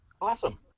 Awesome